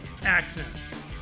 Access